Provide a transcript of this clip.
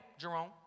Jerome